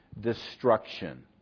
destruction